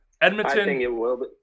Edmonton